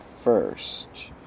first